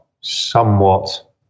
somewhat